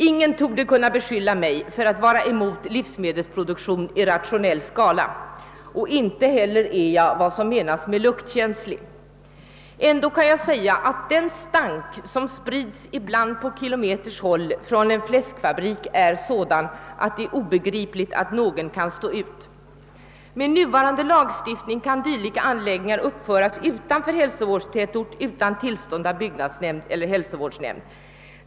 Ingen torde kunna beskylla mig för att vara emot livsmedelsproduktion i rationell skala och inte heller är jag vad som menas med luktkänslig. ändå måste jag säga, att den stank som sprids ibland på kilometers avstånd från en fläskfabrik är sådan att det är obegripligt, att någon kan stå ut med den. Med nuvarande lagstiftning kan dylika anläggningar uppföras utanför hälsovårdstätort utan tillstånd av byggnadsnämnd eller hälsovårdsnämnd.